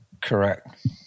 correct